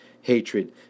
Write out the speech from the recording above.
hatred